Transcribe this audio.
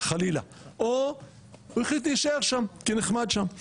חלילה או הוא החליט להישאר שם כי נחמד שם,